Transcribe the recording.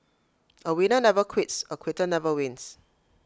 A winner never quits A quitter never wins